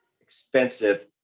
expensive